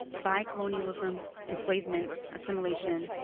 by colonialism, enslavement, assimilation,